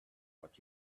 what